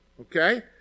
okay